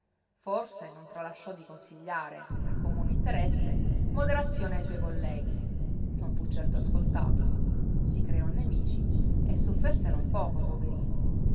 forse non tralasciò di consigliare per comune interesse moderazione ai suoi colleghi non fu certo ascoltato si creò nemici e sofferse non poco poverino